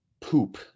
poop